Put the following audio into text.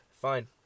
fine